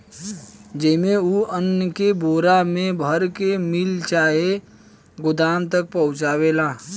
जेइमे, उ अन्न के बोरा मे भर के मिल चाहे गोदाम तक पहुचावेला